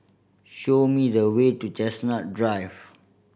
show me the way to Chestnut Drive